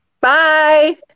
bye